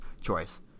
choice